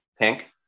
Pink